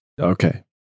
Okay